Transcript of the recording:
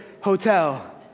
hotel